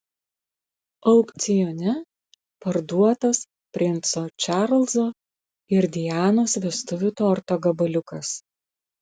aukcione parduotas princo čarlzo ir dianos vestuvių torto gabaliukas